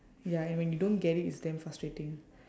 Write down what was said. ya and when you don't get it it's damn frustrating